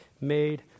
made